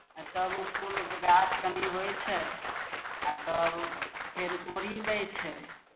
आ तब ओ फूलके गाछ कनि होइ छै आ तब फेर कोढ़ी दै छै